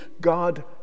God